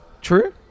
True